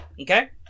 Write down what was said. Okay